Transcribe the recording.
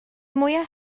mwyaf